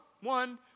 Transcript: one